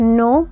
no